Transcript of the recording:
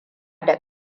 da